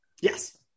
yes